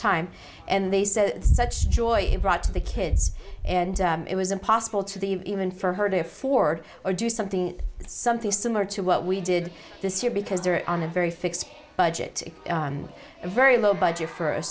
time and they said such joy brought to the kids and it was impossible to the even for her to afford or do something something similar to what we did this year because they're on a very fixed budget very low budget for a